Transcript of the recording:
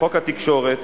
בחוק התקשורת